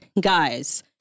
Guys